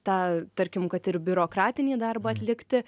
tą tarkim kad ir biurokratinį darbą atlikti